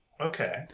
Okay